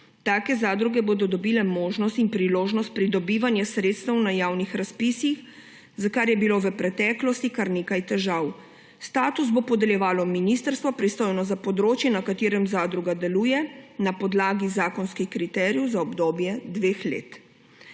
Take zadruge bodo dobile možnost in priložnost pridobivanja sredstev na javnih razpisih, s čimer je bilo v preteklosti kar nekaj težav. Status bo podeljevalo ministrstvo, pristojno za področje, na katerem zadruga deluje, na podlagi zakonskih kriterijev za obdobje dveh let.